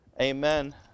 Amen